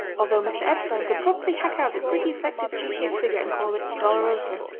although mr. epstein could probably hack out a pretty effective cheese-shaped figure and call it dolorosa.